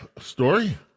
story